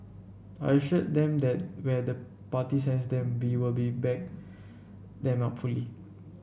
I assured them that where the party sends them be we'll be back them up fully